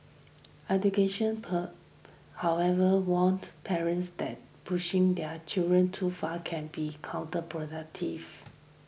education experts however warn parents that pushing their children too far can be counterproductive